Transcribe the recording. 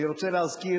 אני רוצה להזכיר,